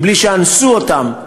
בלי שאנסו אותם,